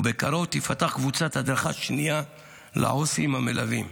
ובקרוב תיפתח קבוצת הדרכה שנייה לעו"סים המלווים.